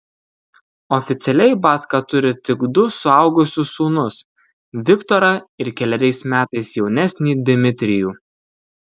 oficialiai batka turi tik du suaugusius sūnus viktorą ir keleriais metais jaunesnį dmitrijų